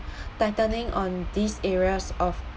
tightening on these areas of